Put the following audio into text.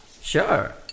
Sure